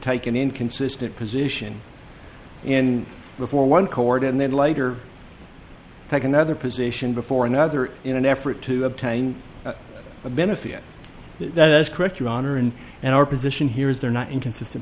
take an inconsistent position in before one chord and then later take another position before another in an effort to obtain a benefit that's correct your honor and and our position here is they're not inconsistent